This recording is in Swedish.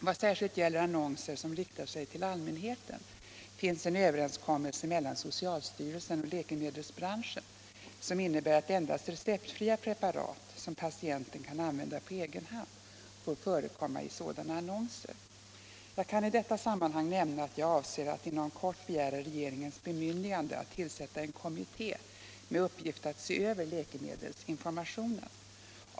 Vad särskilt gäller annonser som riktar sig till allmänheten finns en överenskommelse mellan socialstyrelsen och läkemedelsbranschen som innebär att endast receptfria preparat som patienten kan använda på egen hand får förekomma i sådana annonser. Jag kan i detta sammanhang nämna att jag avser att inom kort begära regeringens bemyndigande att tillkalla en kommitté med uppgift att se över läkemedelsinformationen.